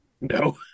No